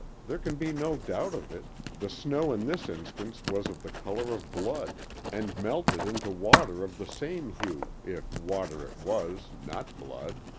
there can be no doubt of it the snow in this instance was of the color of blood and melted into water of the same hue, if water it was, not blood.